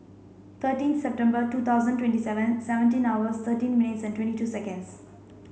thirteen September two thousand twenty seven seventeen hours thirteen minutes and twenty two seconds